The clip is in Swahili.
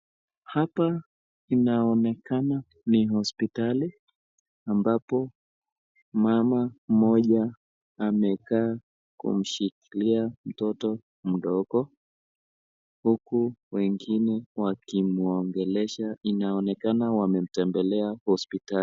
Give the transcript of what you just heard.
Hapa inaonekana ni hospitali, ambapo mama mmoja amekaa kumshikilia mtoto mdogo, huku wengine wakimuongelesha. Inaonekana wamemtembelea hospitali.